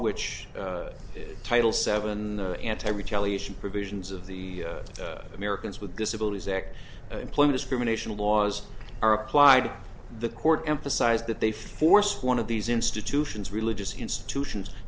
which is title seven anti retaliation provisions of the americans with disabilities act employee discrimination laws are applied the court emphasized that they force one of these institutions religious institutions